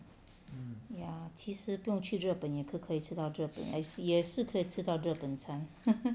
ya 其实不用去日本也是可以吃到日本也是也是可以吃到日本餐